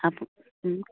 up